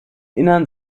inneren